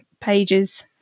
pages